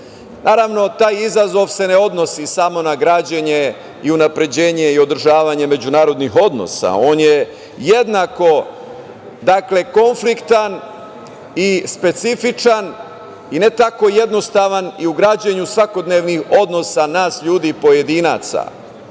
principa. Naravno, taj izazov se ne odnosi samo na građenje i unapređenje i održavanje međunarodnih odnosa, on je jednako konfliktan i specifičan i ne tako jednostavan i u građenju svakodnevnih odnosa nas ljudi i pojedinaca.